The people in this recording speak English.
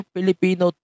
Filipino